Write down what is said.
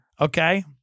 Okay